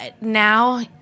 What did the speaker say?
now –